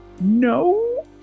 No